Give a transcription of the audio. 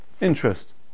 interest